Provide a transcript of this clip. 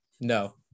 no